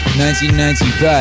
1995